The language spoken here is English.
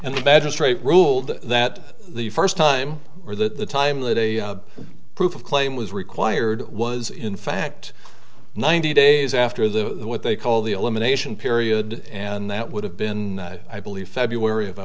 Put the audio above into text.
and the better straight ruled that the first time or the time that a proof of claim was required was in fact ninety days after the what they call the elimination period and that would have been i believe february of